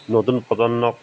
নতুন প্ৰজন্মক